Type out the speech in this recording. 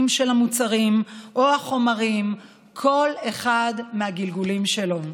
של המוצרים או החומרים בכל אחד מהגלגולים שלהם.